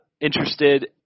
Interested